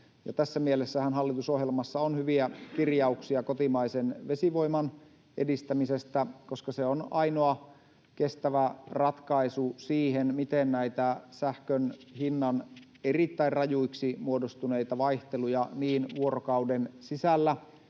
Tässä mielessähän hallitusohjelmassa on hyviä kirjauksia kotimaisen vesivoiman edistämisestä, koska se on ainoa kestävä ratkaisu siihen, miten näitä sähkön hinnan erittäin rajuiksi muodostuneita vaihteluja niin vuorokauden sisällä